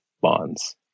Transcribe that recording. bonds